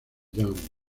young